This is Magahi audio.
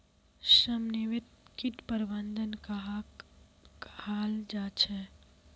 समन्वित किट प्रबंधन कहाक कहाल जाहा झे?